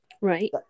right